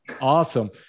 Awesome